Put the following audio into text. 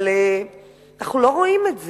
אבל אנחנו לא רואים את זה.